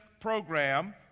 program